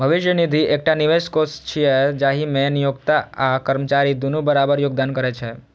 भविष्य निधि एकटा निवेश कोष छियै, जाहि मे नियोक्ता आ कर्मचारी दुनू बराबर योगदान करै छै